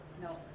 no